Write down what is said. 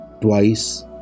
twice